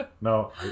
No